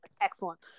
excellent